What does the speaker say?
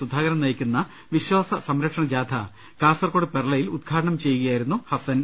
സുധാകരൻ നയിക്കുന്ന വിശ്വാസ സംരക്ഷണ ജാഥ കാസർകോട് ചെർളയിൽ ഉദ്ഘാടനം ചെയ്യുകയായിരുന്നു ഹസ്സൻ